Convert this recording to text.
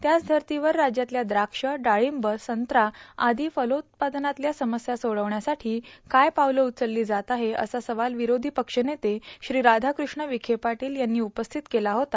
त्याच धर्तीवर राज्यातल्या द्राक्ष डाळींब संत्रा आदी फलोउत्पादनातल्या समस्या सोडवण्यासाठी काय पावलं उचलली जात आहेत असा सवाल विरोधी पक्षनेते श्री राधाकृष्ण विखे पाटील यांनी उपस्थित केला होता